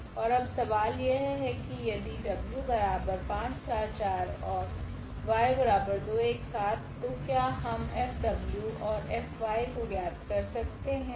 ओर अब सवाल यह है कि यदि w 5 4 4 y 2 1 7 तो क्या हम F F को ज्ञात कर सकते है